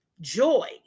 joy